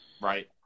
Right